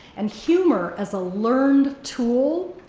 and humor as a learned tool,